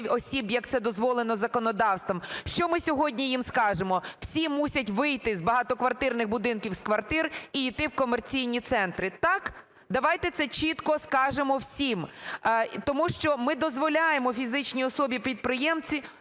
як це дозволено законодавством, що ми сьогодні їм скажемо? Всі мусять вийти з багатоквартирних з квартир і йти в комерційні центри, так? Давайте це чітко скажемо всім. Тому що ми дозволяємо фізичній особі-підприємцю